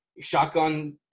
shotgun